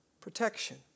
protection